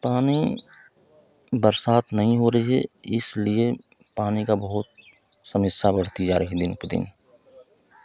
पानी बरसात नहीं हो रही है इसलिए पानी का बहुत समस्या बढ़ती जा रही दिन पर दिन